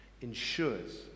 ensures